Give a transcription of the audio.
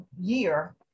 year